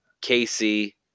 Casey